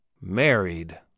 Married